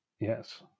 Yes